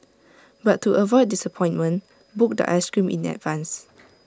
but to avoid disappointment book the Ice Cream in advance